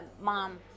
mom